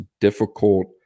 difficult